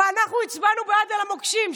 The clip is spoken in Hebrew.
ואנחנו הצבענו בעד על המוקשים.